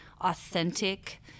authentic